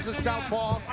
ah southpaw,